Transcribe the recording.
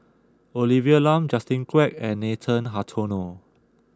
Olivia Lum Justin Quek and Nathan Hartono